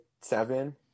seven